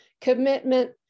commitment